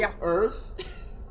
Earth